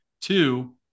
two